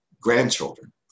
grandchildren